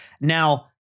Now